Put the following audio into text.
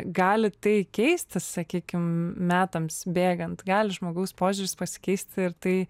gali tai keistis sakykim metams bėgant gali žmogaus požiūris pasikeisti ir tai